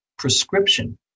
prescription